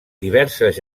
diverses